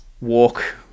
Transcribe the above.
walk